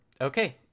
Okay